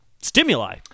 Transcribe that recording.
stimuli